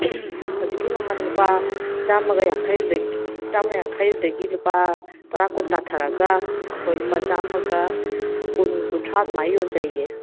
ꯍꯧꯖꯤꯛꯀꯤ ꯃꯃꯜ ꯂꯨꯄꯥ ꯆꯥꯝꯃ ꯌꯥꯡꯈꯩꯗꯨꯗꯒꯤ ꯂꯨꯄꯥ ꯇꯔꯥ ꯀꯨꯟ ꯇꯥꯊꯔꯒ ꯑꯩꯈꯣꯏ ꯂꯨꯄꯥ ꯆꯥꯝꯃꯒ ꯀꯨꯟ ꯀꯨꯟꯊ꯭ꯔꯥ ꯑꯗꯨꯃꯥꯏꯅ ꯌꯣꯟꯖꯩꯌꯦ